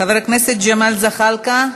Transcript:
חבר הכנסת ג'מאל זחאלקה,